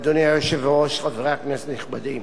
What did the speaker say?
אדוני היושב-ראש, חברי הכנסת הנכבדים,